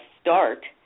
start